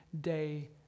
day